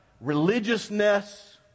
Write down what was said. religiousness